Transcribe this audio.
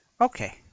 Okay